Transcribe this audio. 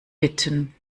bitten